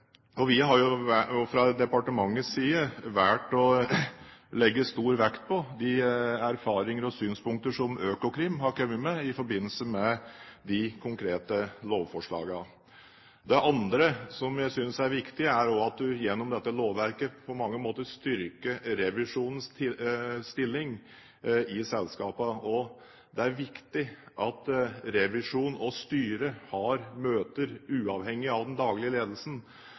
Fra departementets side har vi valgt å legge stor vekt på de erfaringer og synspunkter som Økokrim har kommet med i forbindelse med de konkrete lovforslagene. Det andre som jeg synes er viktig, er at en gjennom dette lovverket på mange måter styrker revisjonens stilling i selskapene. Det er viktig at revisjon og styre har møter uavhengig av den daglige ledelsen.